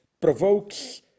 provokes